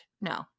no